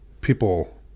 people